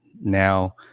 Now